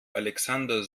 alexander